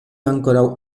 ankoraŭ